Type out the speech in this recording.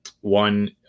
one